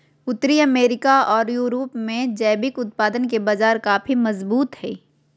उत्तरी अमेरिका ओर यूरोप में जैविक उत्पादन के बाजार काफी मजबूत हइ